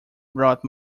brought